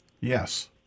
Yes